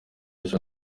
ejo